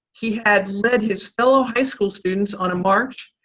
he had led his fellow high school students on a march.